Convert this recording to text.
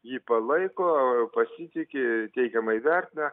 jį palaiko pasitiki teigiamai vertina